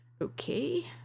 Okay